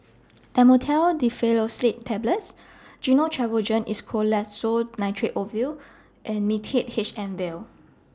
Dhamotil Diphenoxylate Tablets Gyno Travogen Isoconazole Nitrate Ovule and Mixtard H M Vial